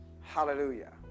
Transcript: hallelujah